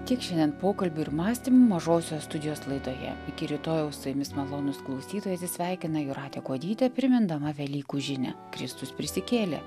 tiek šiandien pokalbių ir mąstė mažosios studijos laidoje iki rytojaus su jumis malonūs klausytojai atsisveikina jūratė kuodytė primindama velykų žinią kristus prisikėlė